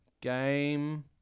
Game